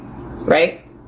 right